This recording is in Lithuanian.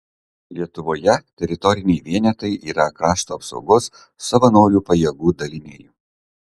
lietuvoje teritoriniai vienetai yra krašto apsaugos savanorių pajėgų daliniai